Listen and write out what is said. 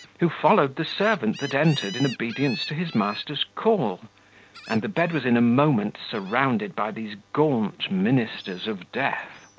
who followed the servant that entered in obedience to his master's call and the bed was in a moment surrounded by these gaunt ministers of death.